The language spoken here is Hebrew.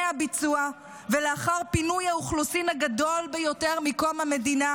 הביצוע ולאחר פינוי האוכלוסין הגדול ביותר מקום המדינה,